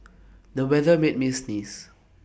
the weather made me sneeze